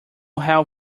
help